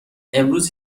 امروز